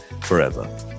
forever